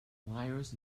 wires